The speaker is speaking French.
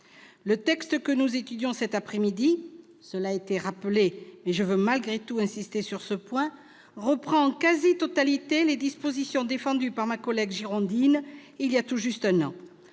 Le texte que nous étudions cet après-midi- cela a été rappelé, mais je veux malgré tout insister sur ce point -reprend en quasi-totalité les dispositions défendues par ma collègue girondine il y a tout juste un an.